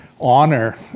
honor